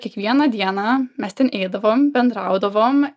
kiekvieną dieną mes ten eidavom bendraudavom